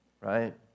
right